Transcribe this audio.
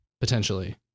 potentially